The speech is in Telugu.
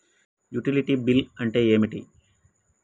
యుటిలిటీ బిల్ అంటే ఏంటిది?